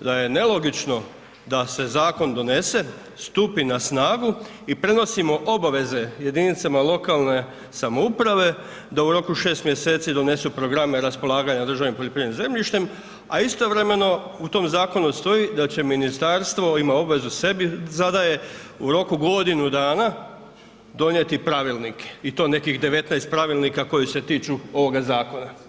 da je nelogično da se zakon donese, stupi na snagu i prenosimo obaveze jedinicama lokalne samouprave da u roku 6 mj. donesu programe raspolaganja državnim poljoprivrednim zemljištem a istovremeno u tom zakonu stoji da će ministarstvo, ima obavezu, sebi zadaje, u roku godinu dana donijeti pravilnike, i to nekih 19 pravilnika koji se tiču ovoga zakona.